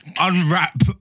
unwrap